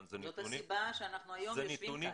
זו הסיבה שאנחנו היום יושבים כאן.